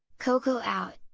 cocoa out!